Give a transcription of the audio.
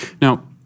Now